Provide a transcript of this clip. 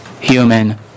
human